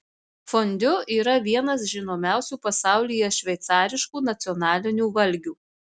fondiu yra vienas žinomiausių pasaulyje šveicariškų nacionalinių valgių